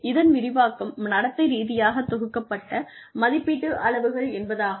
இதன் விரிவாக்கம் நடத்தை ரீதியாகத் தொகுக்கப்பட்ட மதிப்பீட்டு அளவுகள் என்பதாகும்